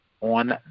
on